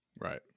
Right